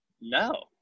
no